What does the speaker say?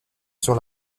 sur